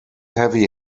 heavy